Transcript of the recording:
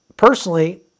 Personally